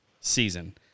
season